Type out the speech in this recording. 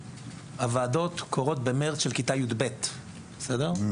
הוועדות מתכנסות במרץ של כיתה י"ב מכיוון